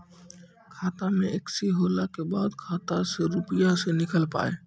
खाता मे एकशी होला के बाद खाता से रुपिया ने निकल पाए?